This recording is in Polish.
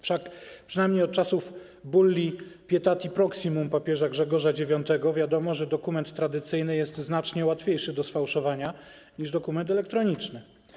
Wszak przynajmniej od czasów bulli „Pietati proximum” papieża Grzegorza IX wiadomo, że dokument tradycyjny jest znacznie łatwiejszy do sfałszowania niż dokument elektroniczny.